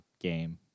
game